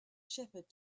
shepherd